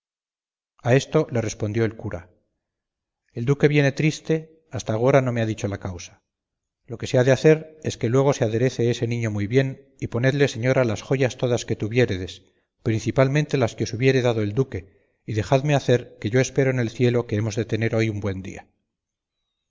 a esto le respondió el cura el duque viene triste hasta agora no me ha dicha la causa lo que se ha de hacer es que luego se aderece ese niño muy bien y ponedle señora las joyas todas que tuviéredes principalmente las que os hubiere dado el duque y dejadme hacer que yo espero en el cielo que hemos de tener hoy un buen día